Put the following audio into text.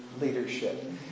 leadership